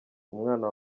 umwana